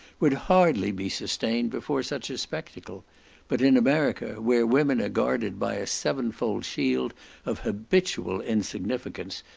would hardly be sustained before such a spectacle but in america, where women are guarded by a seven fold shield of habitual insignificance,